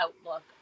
outlook